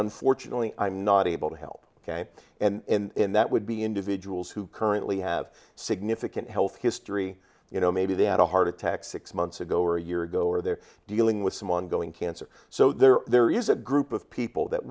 unfortunately i'm not able to help ok and that would be individuals who currently have significant health history you know maybe they had a heart attack six months ago or a year ago or they're dealing with some ongoing cancer so there are there is a group of people that